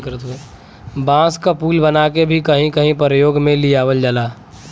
बांस क पुल बनाके भी कहीं कहीं परयोग में लियावल जाला